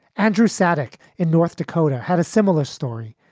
andrew sadic in north dakota had a similar story.